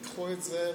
קחו את זה,